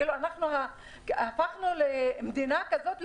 הפכנו למדינה כזאת,